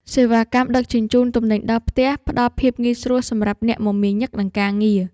សេវាកម្មដឹកជញ្ជូនទំនិញដល់ផ្ទះផ្ដល់ភាពងាយស្រួលសម្រាប់អ្នកមមាញឹកនឹងការងារ។